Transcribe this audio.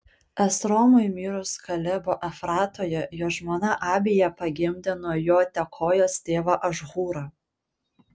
esromui mirus kalebo efratoje jo žmona abija pagimdė nuo jo tekojos tėvą ašhūrą